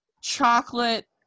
chocolate